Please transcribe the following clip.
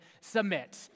submit